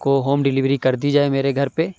کو home delivery کر دی جائے میرے گھر پہ